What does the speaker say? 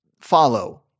follow